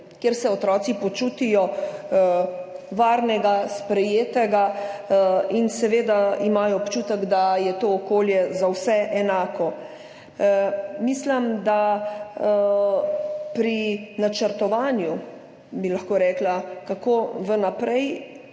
kjer se otroci počutijo varne, sprejete in seveda imajo občutek, da je to okolje za vse enako. Mislim, da bi se morala pri načrtovanju, kako naprej,